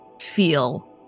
feel